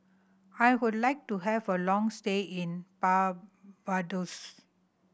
I would like to have a long stay in Barbados